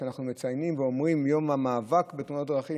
אנחנו מציינים ואומרים: יום המאבק בתאונות הדרכים,